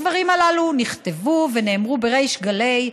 הדברים הללו נכתבו ונאמרו בריש גלי,